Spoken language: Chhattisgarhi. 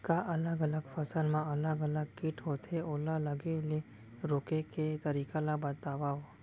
का अलग अलग फसल मा अलग अलग किट होथे, ओला लगे ले रोके के तरीका ला बतावव?